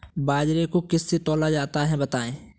बाजरे को किससे तौला जाता है बताएँ?